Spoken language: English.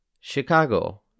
Chicago